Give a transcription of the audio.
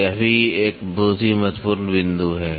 तो यह भी एक बहुत ही महत्वपूर्ण बिंदु है